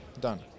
done